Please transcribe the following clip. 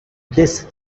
this